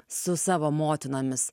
su savo motinomis